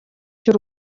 cy’u